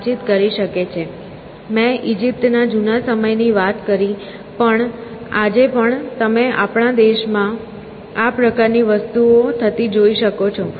મેં ઇજિપ્તના જુના સમયની વાત કરી પણ આજે પણ તમે આપણા દેશમાં આ પ્રકારની વસ્તુ થતી જોઈ શકો છો